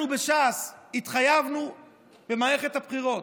אנחנו בש"ס התחייבנו במערכת הבחירות,